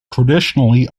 traditionally